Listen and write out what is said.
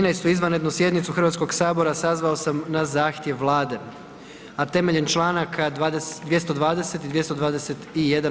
13.-tu izvanrednu sjednicu Hrvatskog sabora sazvao sam na zahtjev Vlade, a temeljem članaka 220. i 221.